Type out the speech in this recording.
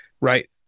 right